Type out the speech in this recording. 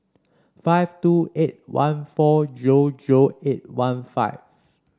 five two eight one four zero zero eight one five